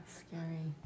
scary